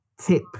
tip